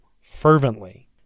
fervently